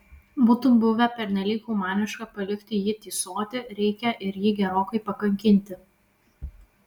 būtų buvę pernelyg humaniška palikti jį tįsoti reikia ir jį gerokai pakankinti